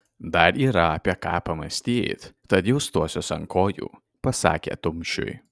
dar yra apie ką pamąstyt tada jau stosiuos ant kojų pasakė tumšiui